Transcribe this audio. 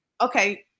Okay